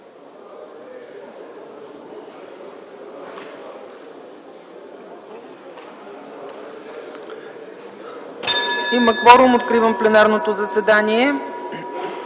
Има кворум. Откривам пленарното заседание.